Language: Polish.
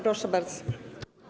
Proszę bardzo.